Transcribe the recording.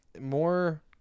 more